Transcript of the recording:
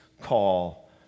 call